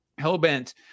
Hellbent